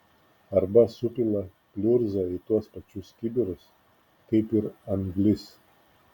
arba supila pliurzą į tuos pačius kibirus kaip ir anglis